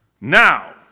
Now